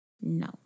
No